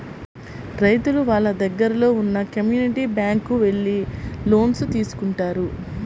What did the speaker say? రైతులు వాళ్ళ దగ్గరలో ఉన్న కమ్యూనిటీ బ్యాంక్ కు వెళ్లి లోన్స్ తీసుకుంటారు